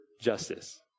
justice